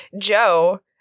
Joe